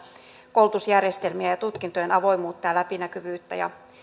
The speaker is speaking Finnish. koulutusjärjestelmien ja tutkintojen avoimuutta ja läpinäkyvyyttä ja